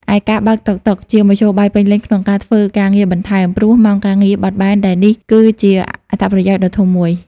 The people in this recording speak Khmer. ឯការបើកបរតុកតុក ជាមធ្យោបាយពេញនិយម ក្នុងការធ្វើការងារបន្ថែម ព្រោះម៉ោងការងារបត់បែនដែលនេះគឺជាអត្ថប្រយោជន៍ដ៏ធំមួយ។